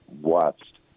watched